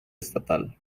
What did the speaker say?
estatal